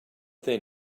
then